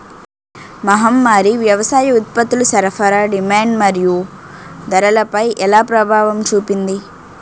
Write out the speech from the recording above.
మహమ్మారి వ్యవసాయ ఉత్పత్తుల సరఫరా డిమాండ్ మరియు ధరలపై ఎలా ప్రభావం చూపింది?